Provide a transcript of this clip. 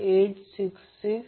93 Ω होईल